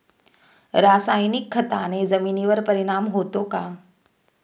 रासायनिक खताने जमिनीवर परिणाम होतो का?